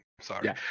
sorry